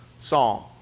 psalm